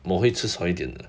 我会吃少一点的